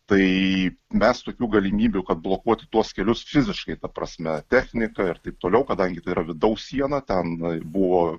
tai mes tokių galimybių kad blokuoti tuos kelius fiziškai ta prasme technika ir taip toliau kadangi tai yra vidaus siena ten buvo